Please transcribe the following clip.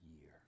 Year